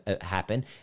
happen